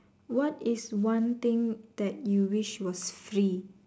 what is one thing that you wish was free